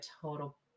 total